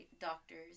doctors